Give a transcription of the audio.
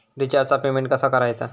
रिचार्जचा पेमेंट कसा करायचा?